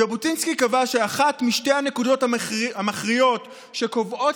ז'בוטינסקי קבע שאחת משתי הנקודות המכריעות שקובעות